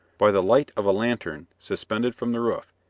by the light of a lantern suspended from the roof,